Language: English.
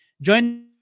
join